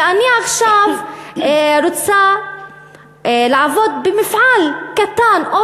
ואני עכשיו רוצה לעבוד במפעל קטן או